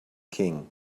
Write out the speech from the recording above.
king